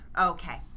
okay